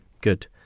good